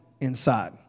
inside